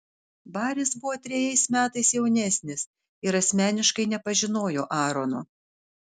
baris buvo trejais metais jaunesnis ir asmeniškai nepažinojo aarono